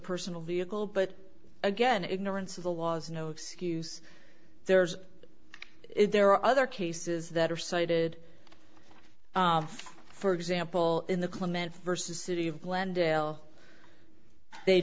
personal vehicle but again ignorance of the laws no excuse there's if there are other cases that are cited for example in the clemente versus city of glendale they